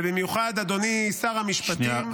ובמיוחד אדוני שר המשפטים --- שנייה.